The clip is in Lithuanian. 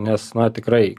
nes na tikrai